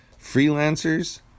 Freelancers